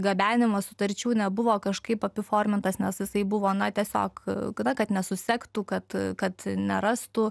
gabenimas sutarčių nebuvo kažkaip apiformintas nes jisai buvo na tiesiog kada kad nesusektų kad kad nerastų